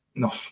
No